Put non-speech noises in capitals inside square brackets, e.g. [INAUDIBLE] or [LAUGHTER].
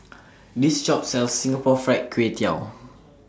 [NOISE] This Shop sells Singapore Fried Kway Tiao